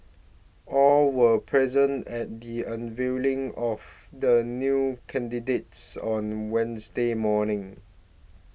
all were present at the unveiling of the new candidates on Wednesday morning